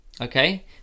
okay